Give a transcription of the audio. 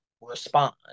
respond